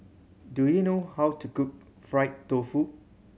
do you know how to cook fried tofu